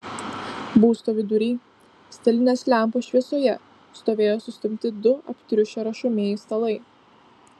būsto vidury stalinės lempos šviesoje stovėjo sustumti du aptriušę rašomieji stalai